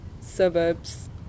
suburbs